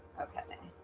okay, i